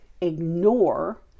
ignore